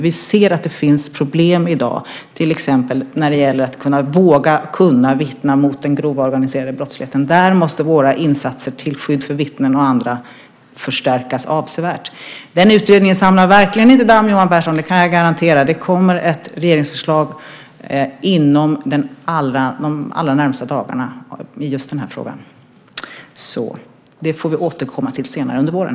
Vi ser att det finns problem i dag, till exempel att våga vittna mot den organiserade grova brottsligheten. Där måste våra insatser till skydd för vittnen och andra förstärkas avsevärt. Den utredningen samlar verkligen inte damm, Johan Pehrson, det kan jag garantera. Det kommer ett regeringsförslag inom de allra närmaste dagarna i den här frågan. Det får vi återkomma till senare under våren.